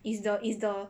is the is the